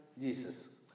Jesus